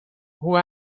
who